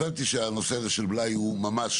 הבנתי שהנושא של בלאי הוא ממש